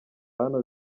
hano